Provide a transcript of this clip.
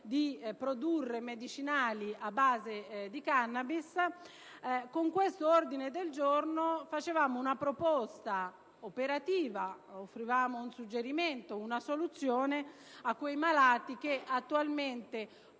di produrre medicinali a base di *cannabis*, con questo ordine del giorno facciamo una proposta operativa e offriamo un suggerimento e una soluzione a quei malati che, attualmente,